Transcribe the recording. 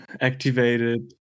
activated